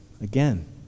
again